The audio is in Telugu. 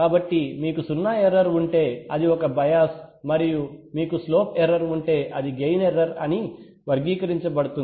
కాబట్టి మీకు సున్నా ఎర్రర్ ఉంటే అది ఒక బయాస్ మరియు మీకు స్లోప్ ఎర్రర్ ఉంటే అది గెయిన్ ఎర్రర్ అని వర్ణించబడింది